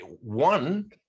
one